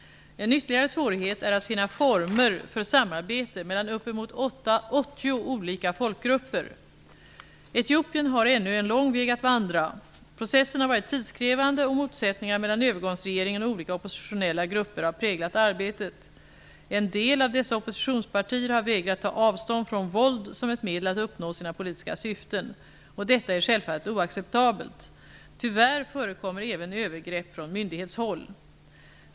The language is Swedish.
En ytterligare svårighet är att finna former för samarbete mellan uppemot 80 olika folkgrupper. Etiopien har ännu en lång väg att vandra. Processen har varit tidskrävande, och motsättningar mellan övergångsregeringen och olika oppositionella grupper har präglat arbetet. En del av dessa oppositionspartier har vägrat att ta avstånd från våld som ett medel att uppnå sina politiska syften. Detta är självfallet oacceptabelt. Tyvärr förekommer även övergrepp från myndighetshåll.